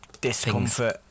discomfort